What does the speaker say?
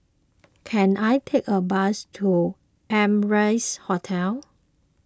can I take a bus to Amrise Hotel